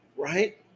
Right